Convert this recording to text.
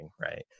right